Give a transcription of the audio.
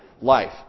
life